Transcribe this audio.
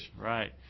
Right